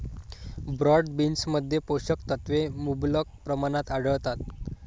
broad बीन्समध्ये पोषक तत्वे मुबलक प्रमाणात आढळतात